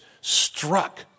struck